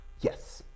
Yes